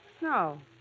No